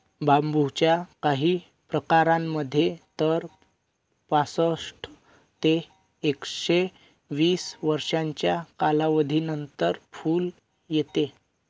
बांबूच्या काही प्रकारांमध्ये तर पासष्ट ते एकशे वीस वर्षांच्या कालावधीनंतर फुल येते